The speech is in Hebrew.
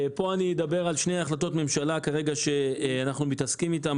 פה אני אדבר על שתי החלטות ממשלה שאנחנו מתעסקים איתן כרגע.